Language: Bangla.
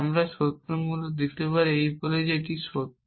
আমি এটিকে সত্য মূল্য দিতে পারি এই বলে যে এটি সত্য